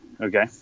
Okay